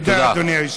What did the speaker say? תודה, אדוני היושב-ראש.